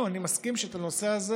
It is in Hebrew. אני מסכים שאת הנושא הזה